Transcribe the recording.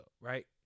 right